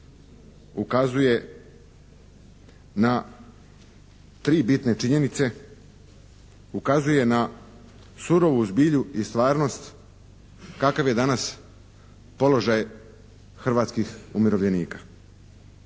ukazuje na tri bitne činjenice. Ukazuje na surovu zbilju i stvarnost kakav je danas položaj hrvatskih umirovljenika.